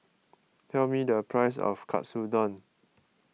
tell me the price of Katsudon